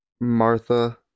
Martha